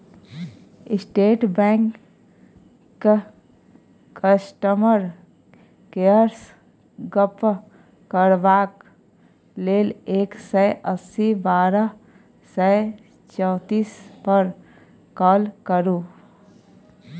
state बैंकक customer केयरसँ गप्प करबाक लेल एक सय अस्सी बारह सय चौतीस पर काँल करु